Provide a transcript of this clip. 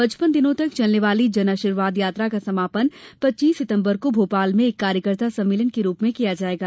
पचपन दिनों तक चलने वाली जन आशीर्वाद यात्रा का समापन पच्चीस सितंबर को भोपाल में एक कार्यकर्ता सम्मेलन के रूप में किया जायेगा